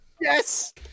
Yes